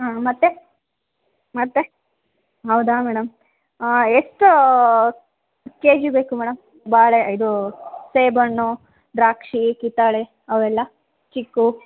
ಹಾಂ ಮತ್ತೆ ಮತ್ತೆ ಹೌದಾ ಮೇಡಮ್ ಎಷ್ಟು ಕೆಜಿ ಬೇಕು ಮೇಡಮ್ ಬಾಳೆ ಇದು ಸೇಬು ಹಣ್ಣು ದ್ರಾಕ್ಷಿ ಕಿತ್ತಳೆ ಅವೆಲ್ಲ ಚಿಕ್ಕೂ